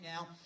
now